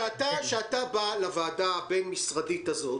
כשאתה בא לוועדה הבין-משרדית הזאת